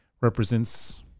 represents